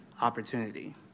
opportunity